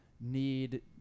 need